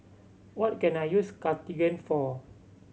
what can I use Cartigain for